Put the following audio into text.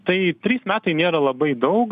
tai trys metai nėra labai daug